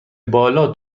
بالا